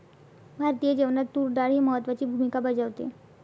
भारतीय जेवणात तूर डाळ ही महत्त्वाची भूमिका बजावते